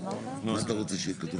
מה אתה רוצה שיהיה כתוב?